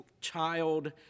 child